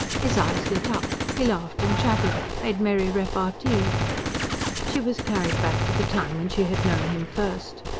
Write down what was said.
his eyes lit up, he laughed and chatted, made merry repartee she was carried back to the time when she had known him first.